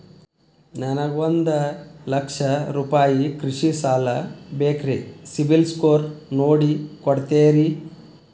ನನಗೊಂದ ಲಕ್ಷ ರೂಪಾಯಿ ಕೃಷಿ ಸಾಲ ಬೇಕ್ರಿ ಸಿಬಿಲ್ ಸ್ಕೋರ್ ನೋಡಿ ಕೊಡ್ತೇರಿ?